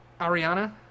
Ariana